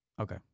okay